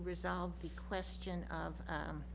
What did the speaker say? resolve the question of